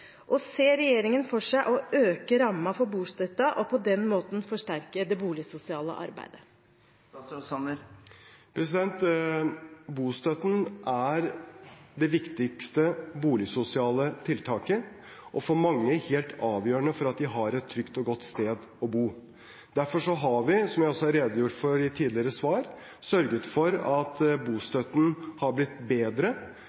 og ser regjeringen for seg å øke rammen for bostøtten og på den måten forsterke det boligsosiale arbeidet? Bostøtten er det viktigste boligsosiale tiltaket og er for mange helt avgjørende for at de har et trygt og godt sted å bo. Derfor har vi, som jeg også har redegjort for i tidligere svar, sørget for at